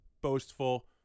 boastful